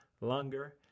longer